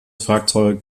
fahrzeug